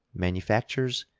manufactures,